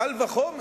קל וחומר